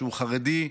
שהוא חרדי.